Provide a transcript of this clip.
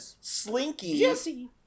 Slinky